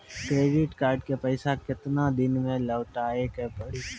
Credit card के पैसा केतना दिन मे लौटाए के पड़ी?